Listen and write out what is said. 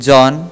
John